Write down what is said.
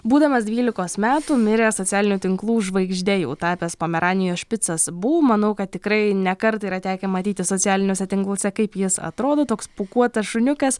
būdamas dvylikos metų mirė socialinių tinklų žvaigžde jau tapęs pomeranijos špicas bū manau kad tikrai ne kartą yra tekę matyti socialiniuose tinkluose kaip jis atrodo toks pūkuotas šuniukas